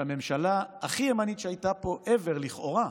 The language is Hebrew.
שהממשלה הכי ימנית שהייתה פה ever לכאורה,